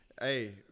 Hey